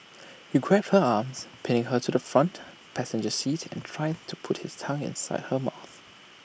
he grabbed her arms pinning her to the front passenger seat and tried to put his tongue inside her mouth